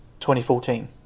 2014